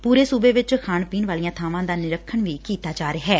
ਪੂਰੇ ਰਾਜ ਵਿਚ ਖਾਣ ਪੀਣ ਵਾਲੀਆਂ ਬਾਵਾਂ ਦਾ ਨਿਰੀਖਣ ਕੀਤਾ ਜਾ ਰਿਹੈ